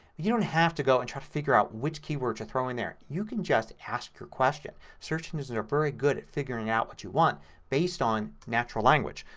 you don't have to go and try to figure out which key word to throw in there. you can just ask your question. search and engines and are very good at figuring out what you want based on natural language.